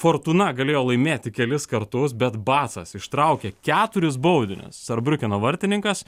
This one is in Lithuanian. fortūna galėjo laimėti kelis kartus bet batsas ištraukė keturis baudinius sarbriukeno vartininkas